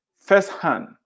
firsthand